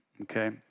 okay